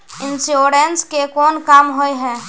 Insurance के कोन काम होय है?